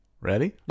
Ready